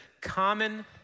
Common